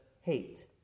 hate